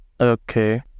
okay